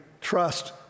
trust